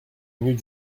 mieux